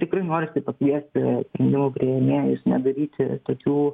tikrai norisi pakviesti sprendimų priėmėjus nedaryti tokių